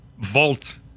vault